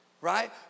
Right